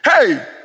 hey